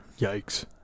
Yikes